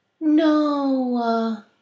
No